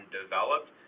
developed